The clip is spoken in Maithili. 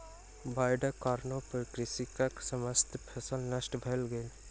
बाइढ़क कारणेँ कृषकक समस्त फसिल नष्ट भ गेल